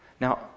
Now